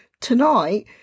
tonight